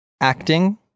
acting